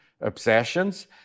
obsessions